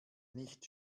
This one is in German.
nicht